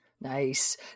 Nice